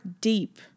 deep